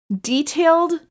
detailed